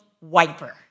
wiper